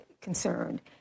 concerned